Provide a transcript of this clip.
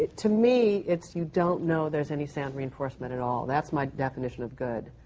to me, it's you don't know there's any sound reinforcement at all. that's my definition of good.